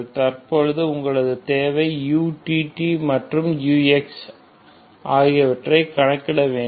தற்பொழுது உங்களது தேவை utt மற்றும் uxx அவற்றை கணக்கிட முடியும்